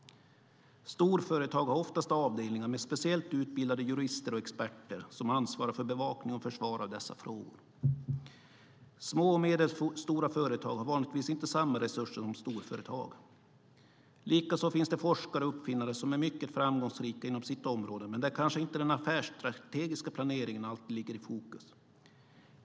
Storföretag har oftast avdelningar med speciellt utbildade jurister och experter som ansvarar för bevakning och försvar av dessa frågor. Små och medelstora företag har vanligtvis inte samma resurser som storföretag. Likaså finns det forskare och uppfinnare som är mycket framgångsrika inom sitt område men där kanske inte den affärsstrategiska planeringen alltid ligger i fokus.